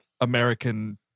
American